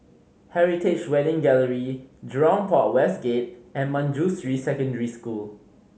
Heritage Wedding Gallery Jurong Port West Gate and Manjusri Secondary School